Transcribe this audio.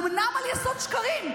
אומנם על יסוד שקרים,